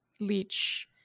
leech